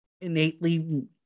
innately